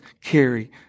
carry